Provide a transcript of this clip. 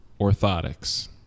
Orthotics